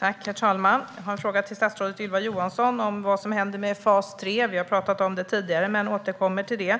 Herr talman! Jag har en fråga till statsrådet Ylva Johansson om vad som händer med fas 3. Vi har talat om det tidigare, men jag återkommer till det.